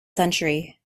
century